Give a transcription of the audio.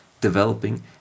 developing